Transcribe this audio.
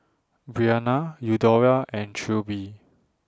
Bryanna Eudora and Trilby